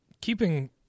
keeping